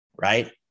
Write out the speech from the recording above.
right